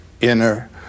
inner